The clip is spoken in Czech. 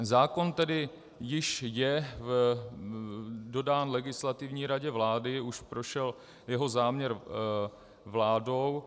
Zákon je tedy již dodán Legislativní radě vlády, už prošel jeho záměr vládou.